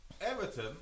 Everton